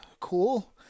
cool